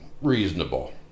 reasonable